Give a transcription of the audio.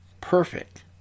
perfect